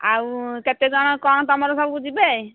ଆଉ କେତେ ଜଣ କ'ଣ ତୁମର ସବୁ ଯିବେ